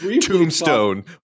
Tombstone